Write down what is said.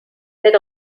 need